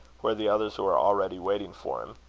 where the others were already waiting for him.